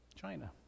China